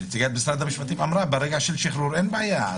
נציגת משרד המשפטים אמרה ברגע של שחרור אין בעיה.